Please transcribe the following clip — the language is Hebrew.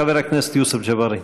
חבר הכנסת יוסף ג'בארין.